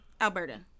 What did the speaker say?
Alberta